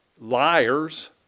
Liars